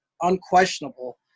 unquestionable